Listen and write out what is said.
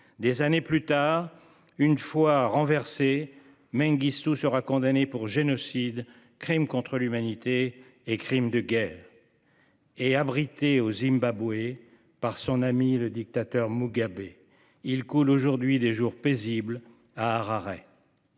des années plus tard, une fois renversé Mengistu sera condamné pour génocide, crimes contre l'humanité et crimes de guerre. Et abrité au Zimbabwe par son ami le dictateur Mugabe il coule aujourd'hui des jours paisibles à Harare.